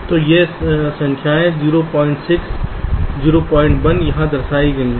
तो ये संख्याएं 06 01 यहां दर्शाई गई है